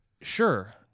sure